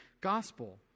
gospel